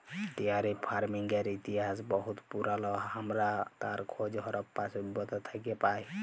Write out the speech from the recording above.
dairy ফারমিংয়ের ইতিহাস বহুত পুরাল আমরা তার খোঁজ হরপ্পা সভ্যতা থ্যাকে পায়